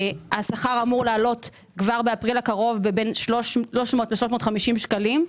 השכר אמור לעלות כבר באפריל הקרוב בבין 300 ל-350 שקלים,